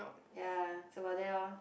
ya it's about there orh